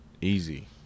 easy